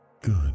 Good